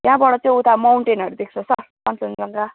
त्यहाँबाट चाहिँ उता माउन्टेनहरू देख्छ सर कञ्चनजङ्गा